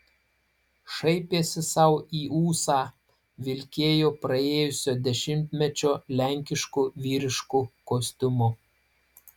šaipėsi sau į ūsą vilkėjo praėjusio dešimtmečio lenkišku vyrišku kostiumu